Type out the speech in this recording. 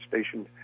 stationed